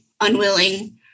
unwilling